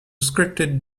scripted